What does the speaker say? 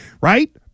right